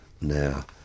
Now